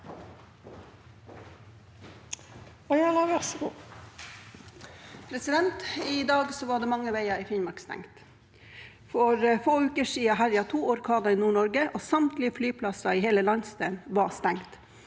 I dag var mange veier i Finnmark stengt. For få uker siden herjet to orkaner i Nord-Norge, og samtlige flyplasser i hele landsdelen var stengt.